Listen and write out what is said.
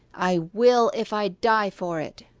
i will, if i die for it